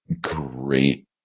great